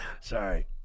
Sorry